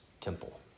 temple